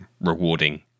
rewarding